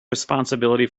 responsibility